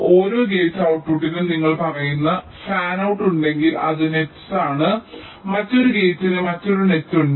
ഓരോ ഗേറ്റ് ഔട്ട്പുട്ട്ടിനും നിങ്ങൾ പറയുന്നു ഫാനൌട്ട് ഉണ്ടെങ്കിൽ അത് നെറ്റസാണ് മറ്റൊരു ഗേറ്റിന് മറ്റൊരു നെറ്റ് ഉണ്ട്